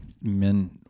Men